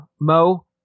Mo